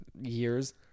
years